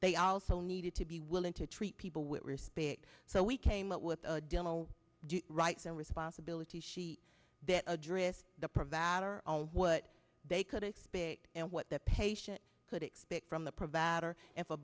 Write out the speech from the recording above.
they also needed to be willing to treat people with respect so we came up with a demo rights and responsibilities sheet that adrift the provider what they could expect and what the patient could expect from the provider and for